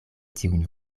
tiujn